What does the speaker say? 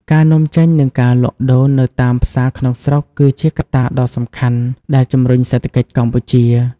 ការនាំចេញ និងការលក់ដូរនៅតាមផ្សារក្នុងស្រុក គឺជាកត្តាដ៏សំខាន់ដែលជំរុញសេដ្ឋកិច្ចកម្ពុជា។